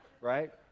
right